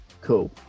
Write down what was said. Cool